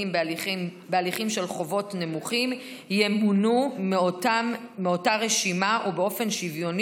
בהליכים של חובות נמוכים ימנו אותם מאותה רשימה ובאופן שוויוני,